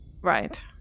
Right